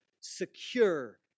secure